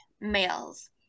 males